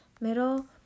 Middle